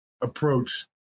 approach